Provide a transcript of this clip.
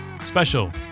special